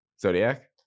Zodiac